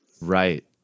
Right